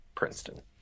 Princeton